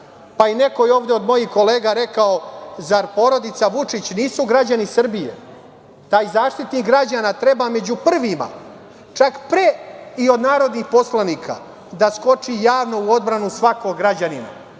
Neko je ovde od mojih kolega rekao, zar porodica Vučić nisu građani Srbije? Taj Zaštitnik građana treba među prvima, čak pre i od narodnih poslanika, da skoči javno u odbranu svakog građanina,